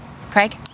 Craig